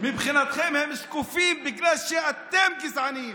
מבחינתכם הם שקופים, בגלל שאתם גזענים.